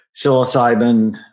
psilocybin